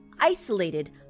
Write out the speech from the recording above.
isolated